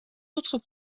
autres